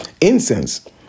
incense